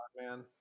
man